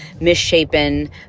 misshapen